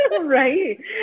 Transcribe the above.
right